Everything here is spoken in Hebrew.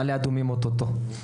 עיריית חזקות כמו תל אביב והוד השרון,